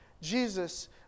Jesus